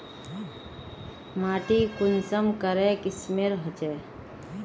माटी कुंसम करे किस्मेर होचए?